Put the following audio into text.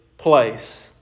Place